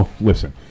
listen